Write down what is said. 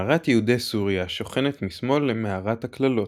מערת יהודי סוריה שוכנת משמאל למערת הקללות.